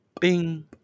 bing